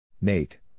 Nate